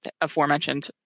aforementioned